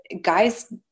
guys